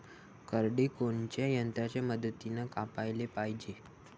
करडी कोनच्या यंत्राच्या मदतीनं कापाले पायजे?